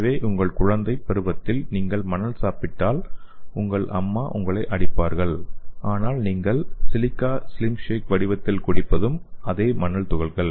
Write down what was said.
எனவே உங்கள் குழந்தை பருவத்தில் நீங்கள் மணல் சாப்பிட்டால் உங்கள் அம்மா உங்களை அடிப்பார்கள் ஆனால் நீங்கள் சிலிக்கா ஸ்லிம் ஷேக் வடிவத்தில் குடிப்பதும் அதே மணல் துகள்கள்